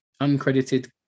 uncredited